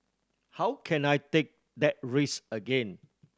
how can I take that risk again